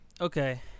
Okay